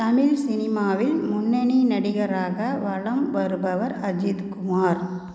தமிழ் சினிமாவில் முன்னணி நடிகராக வலம் வருபவர் அஜித் குமார்